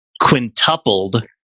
quintupled